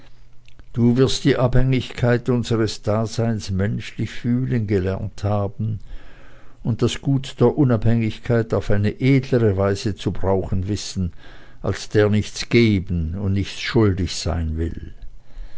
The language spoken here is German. du wirst die abhängigkeit unsers daseins menschlich fühlen gelernt haben und das gut der unabhängigkeit auf eine edlere weise zu brauchen wissen als der nichts geben und nichts schuldig sein will